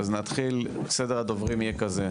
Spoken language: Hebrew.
אז נתחיל, סדר הדוברים יהיה כזה,